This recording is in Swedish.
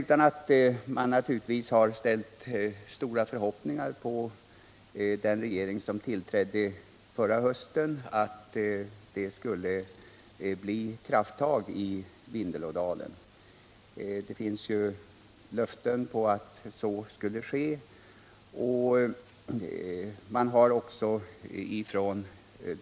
Man ställde naturligtvis stora förhoppningar på den regering som tillträdde förra hösten och hoppades att det skulle tas krafttag i Vindelådalen. Det har givits löften om att så skulle ske.